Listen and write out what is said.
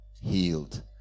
healed